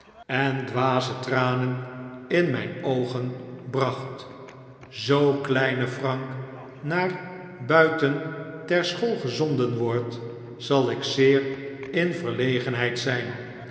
en dwaze tranen in myn oogen bracht zoo kleine frank naar buiten ter school gezonden wordt zal ik zeer in verlegenheid zyn